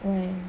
why